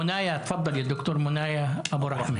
ד"ר מונאיא אבו רחמה, בבקשה.